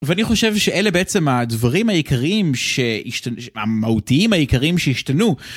ואני חושב שאלה בעצם הדברים העיקריים שהשתנו, המהותיים העיקריים שהשתנו.